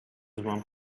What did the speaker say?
one